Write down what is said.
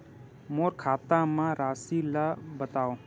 मोर खाता म राशि ल बताओ?